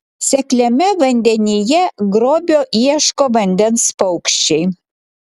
sekliame vandenyje grobio ieško vandens paukščiai